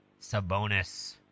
Sabonis